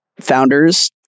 founders